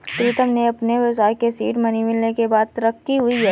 प्रीतम के अपने व्यवसाय के सीड मनी मिलने के बाद तरक्की हुई हैं